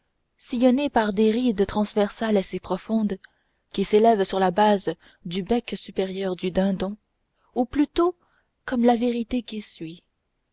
sillonnée par des rides transversales assez profondes qui s'élève sur la base du bec supérieur du dindon ou plutôt comme la vérité qui suit